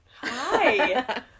hi